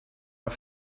are